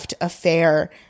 affair